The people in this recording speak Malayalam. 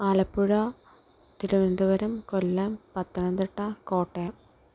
ആലപ്പുഴ തിരുവനന്തപുരം കൊല്ലം പത്തനംതിട്ട കോട്ടയം